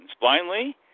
blindly